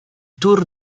tour